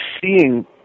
seeing